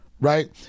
right